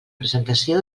presentació